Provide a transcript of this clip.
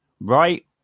right